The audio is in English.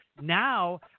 now